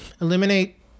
eliminate